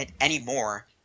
anymore